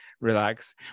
relax